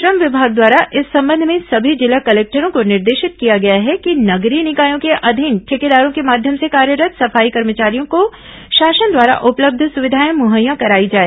श्रम विभाग द्वारा इस संबंध में सभी जिला कलेक्टरों को निर्देशित किया गया है कि नगरीय निकायों के अधीन ठेकेदारों के माध्यम से कार्यरत् सफाई कर्मचारियों को शासन द्वारा उपलब्ध सुविधाएं मुहैया कराई जाए